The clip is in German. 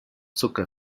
zucker